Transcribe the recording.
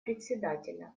председателя